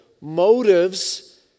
Motives